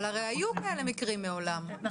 אבל כבר היו מקרים כאלו.